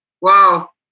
Wow